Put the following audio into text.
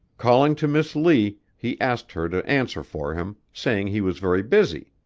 calling to miss lee, he asked her to answer for him, saying he was very busy.